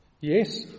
Yes